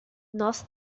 nós